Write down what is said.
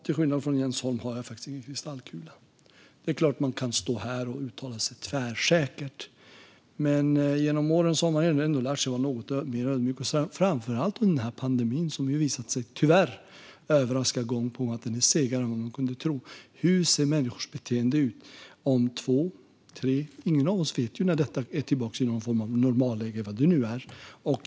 Till skillnad från Jens Holm har jag ingen kristallkula. Det är klart att man kan stå här och uttala sig tvärsäkert, men genom åren har man ändå lärt sig att vara mer ödmjuk - framför allt under pandemin, som tyvärr har visat sig överraska gång på gång genom att vara segare än man kunde tro. Hur ser människors beteende ut om två eller tre år? Ingen av oss vet när det hela är tillbaka i någon form av normalläge, vad det nu är.